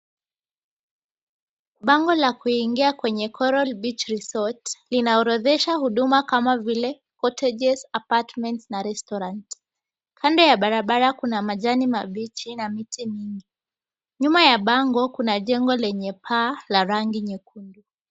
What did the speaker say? Bango la kuingia kwenye coral beach resort linaorodhesha huduma kama vile cottages , apartments na restaurant . Kando ya barabara kuna majani mabichi na miti mingi. Nyuma ya bango kuna jengo lenye paa la rangi nyekundu.